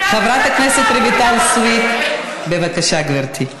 חברת הכנסת רויטל סויד, בבקשה, גברתי.